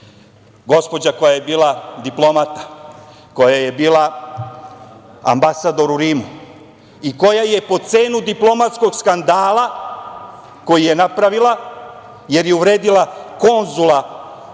gospođa koja je bila diplomata, koja je bila ambasador u Rimu i koja je po cenu diplomatskog skandala koji je napravila, jer je uvredila konzula